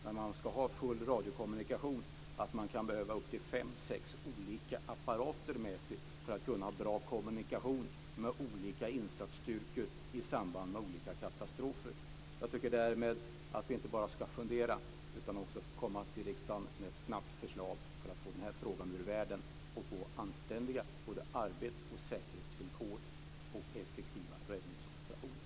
Ska man ha full radiokommunikation kan man behöva ha upp till fem sex olika apparater med sig för att kunna ha bra kommunikation med olika insatsstyrkor i samband med olika katastrofer. Därmed tycker jag att vi inte bara ska fundera. Man bör också komma till riksdagen med ett snabbt förslag för att få denna fråga ur världen och för att få anständiga arbets och säkerhetsvillkor och effektiva räddningsoperationer.